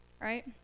right